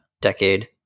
decade